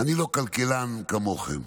אני לא כלכלן כמוכם,